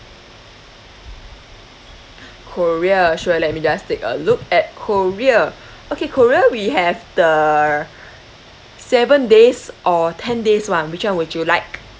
korea sure let me just take a look at korea okay korea we have the seven days or ten days [one] which [one] would you like